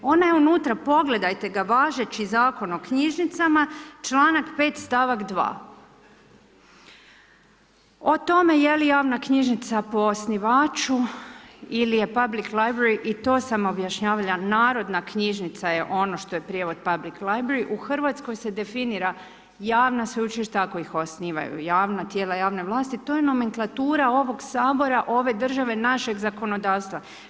Ona je unutra, pogledajte ga, važeći Zakon o knjižnicama, čl. 5. stavak 2. O tome je li javna knjižnica po osnivaču ili je … i to sam objašnjavala, narodna knjižnica je ono što je prijevod … u Hrvatskoj se definira, javna sveučilišta ako ih osnivaju, javna tijela, javne vlasti, to je nomenklatura ovog Sabora, ove države, našeg zakonodavstva.